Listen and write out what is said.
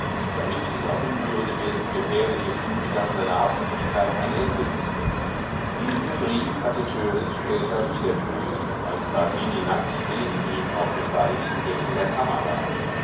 damit dieser unwürdige gefährliche zustand seiner abhängigkeit ein ende finde diesen brief hatte törleß später wieder gelesen als basini nackt neben ihm auf den weichen decken der kammer lag